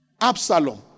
Absalom